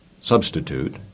substitute